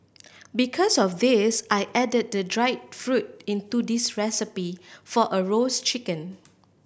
because of this I added the dried fruit into this recipe for a roast chicken